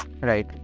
right